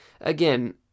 Again